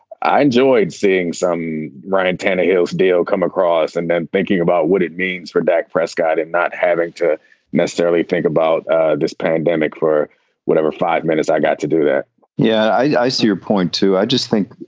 i enjoyed seeing some rain and tornadoes do come across. and then thinking about what it means for dak prescott and not having to necessarily think about this pandemic for whatever five minutes i got to. do that yeah, i see your point, too, i just think.